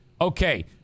okay